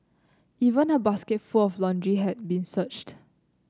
even a basket for of laundry had been searched